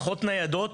פחות ניידות,